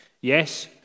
Yes